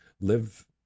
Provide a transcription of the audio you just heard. live